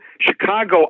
Chicago